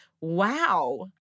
wow